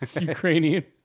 Ukrainian